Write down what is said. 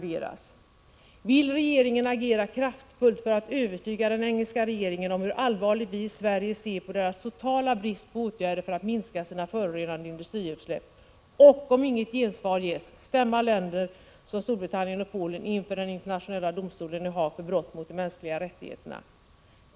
Vill regeringen agera kraftfullt för att övertyga den engelska regeringen om hur allvarligt vi i Sverige ser på dess totala brist på åtgärder för att minska sina förorenande industriutsläpp — och om inget gensvar ges stämma länder som Storbritannien och Polen inför den internationella domstolen i Haag för brott mot de mänskliga rättigheterna?